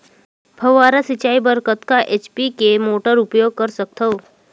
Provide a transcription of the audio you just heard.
फव्वारा सिंचाई बर कतका एच.पी के मोटर उपयोग कर सकथव?